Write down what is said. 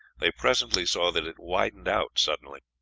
they presently saw that it widened out suddenly.